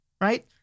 right